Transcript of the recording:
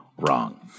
wrong